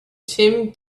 tim